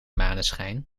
maneschijn